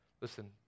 Listen